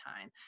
time